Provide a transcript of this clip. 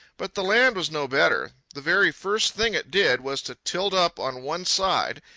but the land was no better. the very first thing it did was to tilt up on one side,